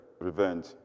revenge